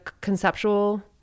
conceptual